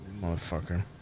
Motherfucker